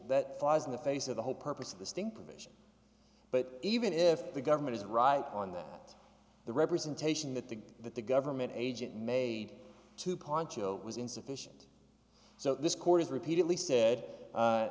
that flies in the face of the whole purpose of the sting provision but even if the government is right on that the representation that the that the government agent made to concho was insufficient so this court has repeatedly said